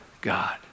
God